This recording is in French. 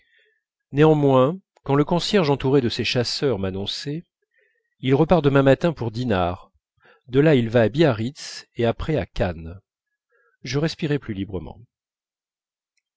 néanmoins quand le concierge entouré de ses chasseurs m'annonçait il repart demain matin pour dinard de là il va à biarritz et après à cannes je respirais plus librement